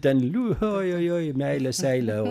ten liu oi oi oi meilė seilė